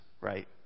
right